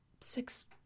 six